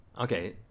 Okay